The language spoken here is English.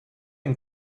and